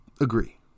agree